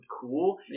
cool